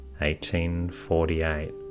1848